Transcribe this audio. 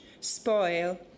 spoil